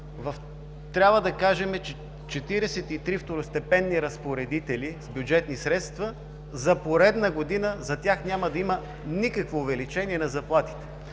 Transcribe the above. Трябва да кажем, че за 43 второстепенни разпоредители с бюджетни средства за поредна година няма да има никакво увеличение на заплатите,